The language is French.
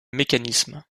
mécanisme